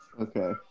Okay